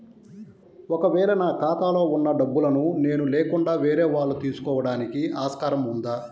ఒక వేళ నా ఖాతాలో వున్న డబ్బులను నేను లేకుండా వేరే వాళ్ళు తీసుకోవడానికి ఆస్కారం ఉందా?